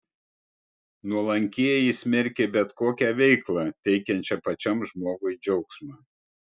nuolankieji smerkė bet kokią veiklą teikiančią pačiam žmogui džiaugsmą